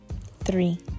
Three